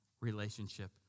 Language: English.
relationship